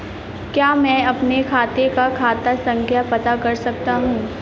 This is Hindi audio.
क्या मैं अपने खाते का खाता संख्या पता कर सकता हूँ?